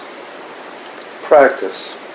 practice